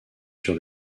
sur